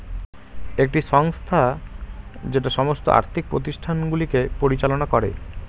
একটি সংস্থা যেটা সমস্ত আর্থিক প্রতিষ্ঠানগুলিকে পরিচালনা করে